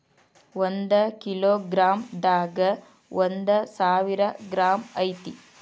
ಒಂದ kilogram ದಾಗ ಒಂದ ಸಾವಿರ ಗ್ರಾಂ ಐತಿ